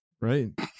right